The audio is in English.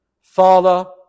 Father